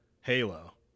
Halo